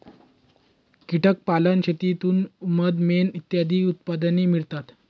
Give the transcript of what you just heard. कीटक पालन शेतीतून मध, मेण इत्यादी उत्पादने मिळतात